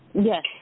Yes